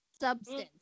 substance